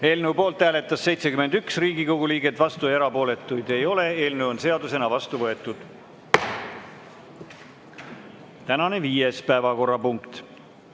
Eelnõu poolt hääletas 71 Riigikogu liiget, vastuolijaid ja erapooletuid ei ole. Eelnõu on seadusena vastu võetud. Tänane viies päevakorrapunkt